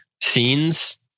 scenes